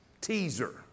teaser